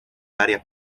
varias